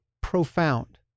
profound